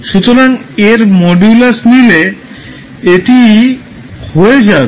সুতরাংএর modulus নিলে এটি হয়ে যাবে